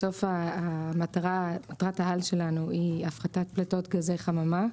בסוף, מטרת העל שלנו הפחתת פליטות גזי החממה,